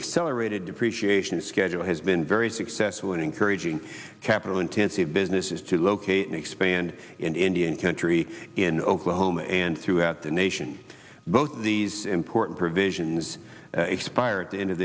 accelerated depreciation schedule has been very successful in encouraging capital intensive business is to locate and expand in indian country in oklahoma and throughout the nation both of these important provisions expire at the end of